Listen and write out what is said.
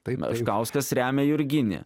tai meškauskas remia jurginį